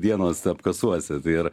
dienos apkasuose tai ir